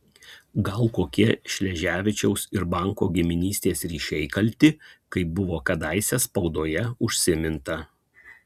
gal kokie šleževičiaus ir banko giminystės ryšiai kalti kaip buvo kadaise spaudoje užsiminta